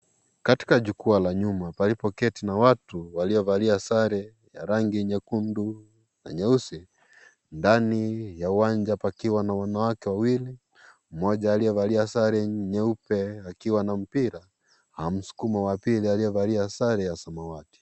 Katika jukwaa la nyuma palipo keti na watu waliovalia sare za rangi nyekundu na nyeusi ndani ya uwanja pakiwa na wanawake wawili moja aliyevalia sare nyeupe akiwa na mpira na msukumo wa pili aliyevalia sare ya samawati.